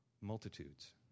multitudes